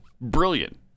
Brilliant